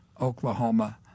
Oklahoma